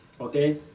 okay